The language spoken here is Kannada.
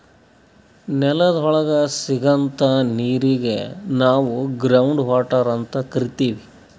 ನೆಲದ್ ಒಳಗ್ ಸಿಗಂಥಾ ನೀರಿಗ್ ನಾವ್ ಗ್ರೌಂಡ್ ವಾಟರ್ ಅಂತ್ ಕರಿತೀವ್